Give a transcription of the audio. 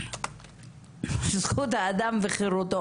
- זכות האדם וחירותו,